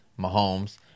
Mahomes